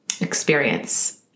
experience